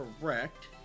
correct